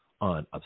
on